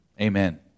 Amen